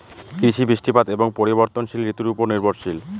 কৃষি বৃষ্টিপাত এবং পরিবর্তনশীল ঋতুর উপর নির্ভরশীল